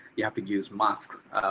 you have to use masks,